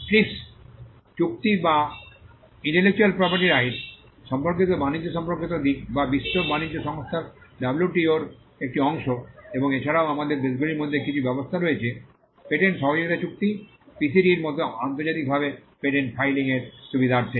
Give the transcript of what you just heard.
TRIPS চুক্তি যা intellectual property rights সম্পর্কিত বাণিজ্য সম্পর্কিত দিক যা বিশ্ব বাণিজ্য সংস্থা ডব্লিউটিওর একটি অংশ এবং এছাড়াও আমাদের দেশগুলির মধ্যে কিছু ব্যবস্থা রয়েছে পেটেন্ট সহযোগিতা চুক্তি পিসিটি র মতো আন্তর্জাতিকভাবে পেটেন্ট ফাইলিংয়ের সুবিধার্থে